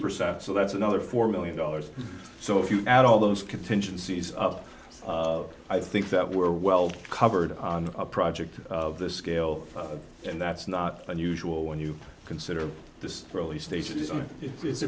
percent so that's another four million dollars so if you add all those contingencies up i think that we're well covered on a project of this scale and that's not unusual when you consider the early stages and it i